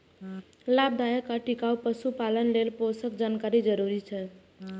लाभदायक आ टिकाउ पशुपालन लेल पोषणक जानकारी जरूरी छै